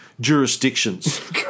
jurisdictions